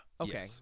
Okay